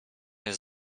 jest